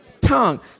tongue